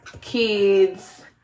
kids